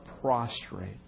prostrate